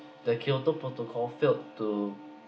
the kyoto protocol failed to